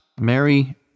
Mary